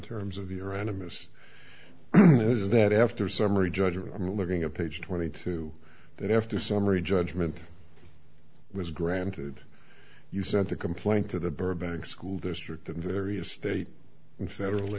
terms of your enemas is that after summary judgment and living a page twenty two dollars that after summary judgment was granted you sent the complaint to the burbank school district and various state and federal